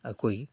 ꯑꯩꯈꯣꯏ